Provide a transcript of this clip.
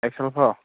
X L